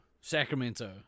Sacramento